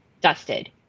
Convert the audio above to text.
dusted